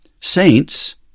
saints